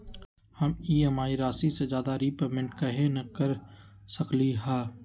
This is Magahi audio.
हम ई.एम.आई राशि से ज्यादा रीपेमेंट कहे न कर सकलि ह?